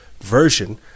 version